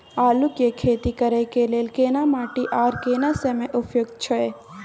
आलू के खेती करय के लेल केना माटी आर केना समय उपयुक्त छैय?